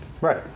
Right